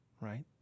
right